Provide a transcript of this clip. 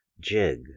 Jig